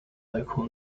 local